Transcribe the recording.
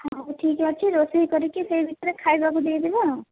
ହେଉ ଠିକ ଅଛି ରୋଷେଇ କରିକି ସେହି ଭିତରେ ଖାଇବାକୁ ଦେଇଦେବେ ଆଉ